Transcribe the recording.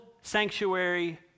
sanctuary